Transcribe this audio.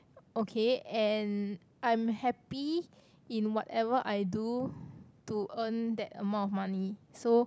okay and I'm happy in whatever I do to earn that amount of money so